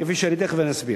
כפי שאני תיכף אסביר.